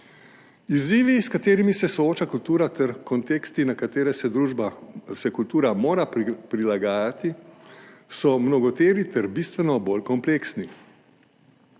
Izzivi, s katerimi se sooča kultura, ter konteksti, na katere se družba, se kultura mora prilagajati, so mnogoteri ter bistveno bolj kompleksni.